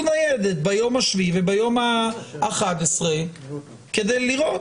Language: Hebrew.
ניידת ביום השביעי וביום ה-11 כדי לראות,